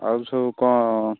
ଆଉ ସବୁ କ'ଣ